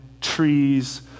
trees